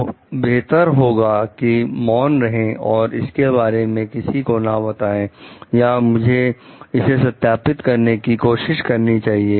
तो बेहतर होगा कि मौन रहें और इसके बारे में किसी को ना बताएं या मुझे इसे सत्यापित करने की कोशिश करनी चाहिए